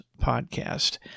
podcast